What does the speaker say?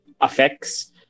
affects